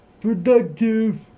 productive